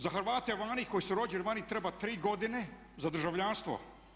Za Hrvate vani koji su rođeni vani treba 3 godine za državljanstvo.